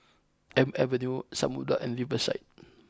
Elm Avenue Samudera and Riverside